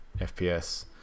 FPS